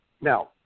Now